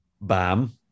bam